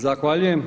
Zahvaljujem.